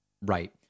right